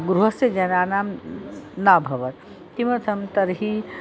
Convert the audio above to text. गृहस्य जनानां नाभवत् किमर्थं तर्हि